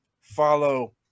follow